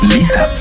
Lisa